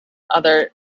other